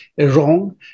wrong